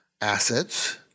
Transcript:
assets